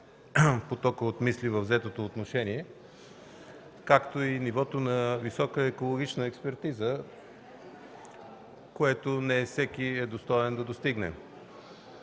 потока от мисли във взетото отношение, както и нивото на висока екологична експертиза, което не всеки е достоен да достигне.